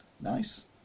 nice